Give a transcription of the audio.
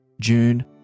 June